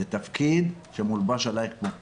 זה תפקיד שמולבש עלייך כמו כפפה,